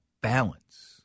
balance